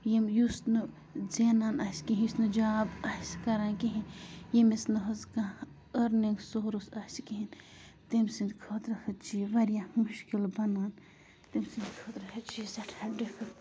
ییٚمۍ یُس نہٕ زینان آسہِ کِہیٖنۍ یُس نہٕ جاب آسہِ کَران کِہیٖنۍ ییٚمِس نہٕ حظ کانٛہہ أرنِنٛگ سورٕس آسہِ کِہیٖنۍ تٔمۍ سٕنٛدۍ خٲطرٕ حظ چھِ یہِ واریاہ مُشکِل بنان تٔمۍ سٕنٛدۍ خٲطرٕ حظ چھِ یہِ سٮ۪ٹھاہ ڈِفہِ